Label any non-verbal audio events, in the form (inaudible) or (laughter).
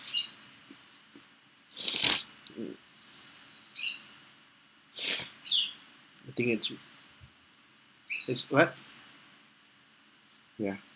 (noise) mm (noise) I think is is what ya